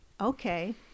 Okay